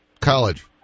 college